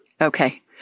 Okay